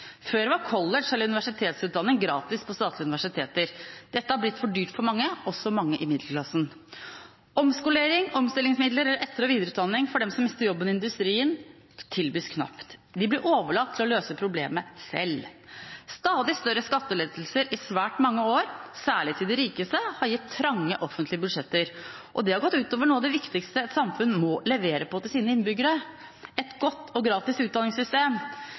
Før var college eller universitetsutdanning gratis på statlige universitet. Dette har blitt for dyrt for mange, også i middelklassen. Omskolering, omstillingsmidler og etter- og videreutdanning for dem som mister jobben i industrien, tilbys knapt. De blir overlatt til å løse problemet selv. Stadig større skattelettelser i svært mange år, særlig til de rikeste, har gitt trange offentlige budsjetter. Det har gått ut over noe av det viktigste et samfunn må levere til sine innbyggere – et godt og gratis utdanningssystem.